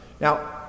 Now